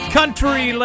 Country